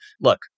look